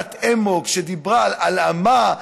ריצת אמוק שדיברה על הלאמה,